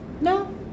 No